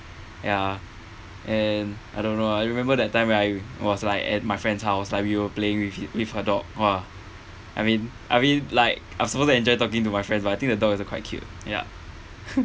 ya and I don't know I remember that time when I was like at my friend's house like we were playing with it with her dog !wah! I mean I mean like I'm supposed to enjoy talking to my friends but I think the dog also quite cute ya